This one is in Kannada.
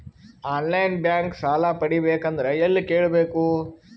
ಆನ್ ಲೈನ್ ಬ್ಯಾಂಕ್ ಸಾಲ ಪಡಿಬೇಕಂದರ ಎಲ್ಲ ಕೇಳಬೇಕು?